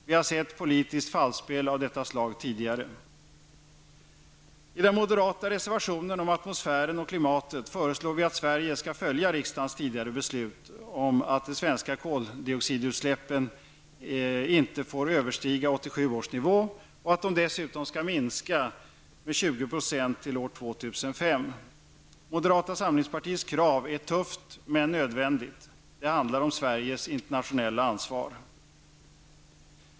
Vi har sett politiskt falskspel av detta slag tidigare. I den moderata reservationen om atmosfären och klimatet föreslår vi att Sverige skall följa riksdagens tidigare beslut om att de svenska koldioxidutsläppen inte får överstiga 1987 års nivå och att de dessutom skall minska med 20 % till år 2005. Moderata samlingspartiets krav är tufft men nödvändigt. Det handlar om Sveriges internationella ansvar.